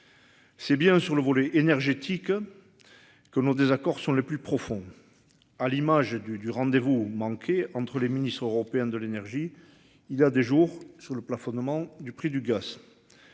C'est bien sur le volet énergétique. Que nos désaccords sont le plus profond. À l'image du du rendez-vous manqué entre les ministres européens de l'énergie. Il y a des jours sur le plafonnement du prix du gaz.